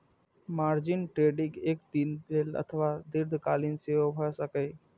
margin trading एक दिन लेल अथवा दीर्घकालीन सेहो भए सकैए